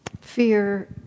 Fear